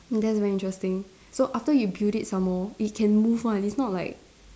that's very interesting so after you build it some more it can move one it's not like